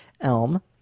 Elm